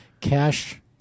cash